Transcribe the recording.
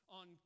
on